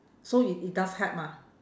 so it it does help ah